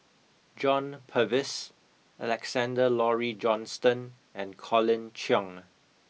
John Purvis Alexander Laurie Johnston and Colin Cheong